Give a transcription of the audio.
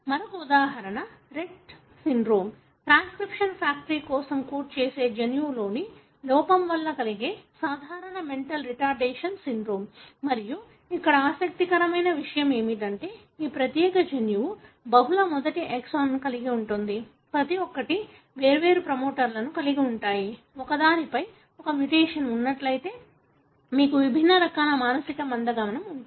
మరొక ఉదాహరణ Rett syndrome transcription factor కోసం కోడ్ చేసే జన్యువులోని లోపం వల్ల కలిగే సాధారణ మెంటల్ రిటార్డేషన్ సిండ్రోమ్ మరియు ఇక్కడ ఆసక్తికరమైన విషయం ఏమిటంటే ఈ ప్రత్యేక జన్యువు బహుళ మొదటి ఎక్సాన్ కలిగి ఉంటుంది ప్రతి ఒక్కటి వేర్వేరు ప్రమోటర్లను కలిగి ఉంటాయి ఒకదానిపై ఒక మ్యుటేషన్ ఉన్నట్లయితే మీకు విభిన్న రకాల మానసిక మందగమనం ఉంటుంది